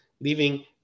leaving